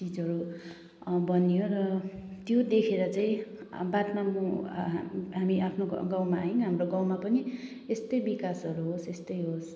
चिजहरू बनियो र त्यो देखेर चाहिँ बादमा म हामी आफ्नो गाउँमा आयौँ हाम्रो गाउँमा पनि यस्तै विकासहरू होस् यस्तै होस्